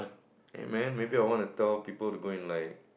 hey man maybe I wanna tell people to go and like